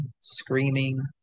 screaming